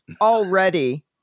already